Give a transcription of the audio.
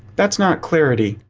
that's not clarity.